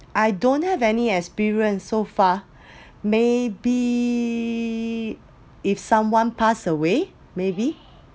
I don't have any experience so far maybe if someone pass away maybe